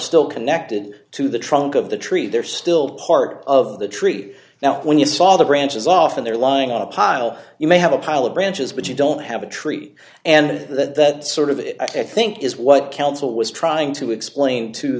still connected to the trunk of the tree they're still part of the tree now when you saw the branches off and they're lying on a pile you may have a pile of branches but you don't have a tree and that sort of i think is what counsel was trying to explain to